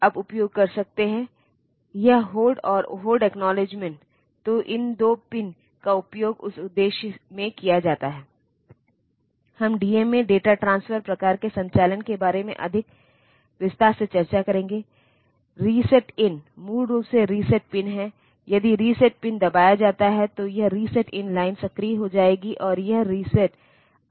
इसलिए binary bit pattern के रूप में 0011 1100 दर्ज करने के बजाय आप हेक्साडेसिमल कीपैड के माध्यम से मूल्य में प्रवेश कर रहे हैं मान 3 और सी दर्ज किया जा सकता है और अनिवार्य रूप से इसका अनुवाद करता है